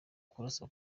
kurasa